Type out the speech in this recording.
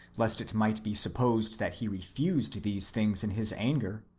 lest it might be supposed that he refused these things in his anger,